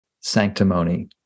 sanctimony